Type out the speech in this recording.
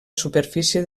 superfície